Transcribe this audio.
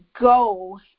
go